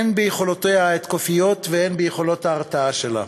הן ביכולותיה ההתקפיות והן ביכולות ההרתעה שלה.